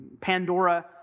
Pandora